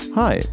hi